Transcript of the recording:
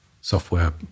software